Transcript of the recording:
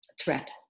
threat